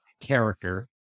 character